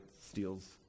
steals